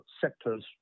sector's